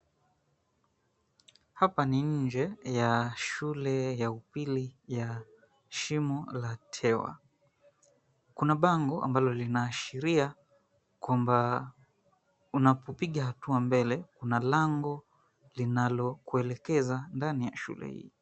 Hapa ni nje ya shule ya upili ya Shimo La Tewa. Kuna bango ambalo linaashiria kwamba unapopiga hatua mbele, kuna lango linalokuelekeza ndani ya shule hii.